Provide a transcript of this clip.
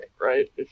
right